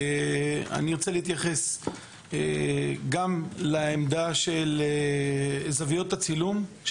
אני ארצה להתייחס לעמדה של זוויות הצילום.